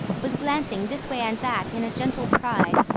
was glancing this way and that in a gentle pride,